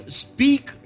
speak